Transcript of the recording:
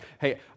hey